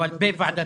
אבל בוועדת